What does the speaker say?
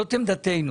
זאת עמדתנו.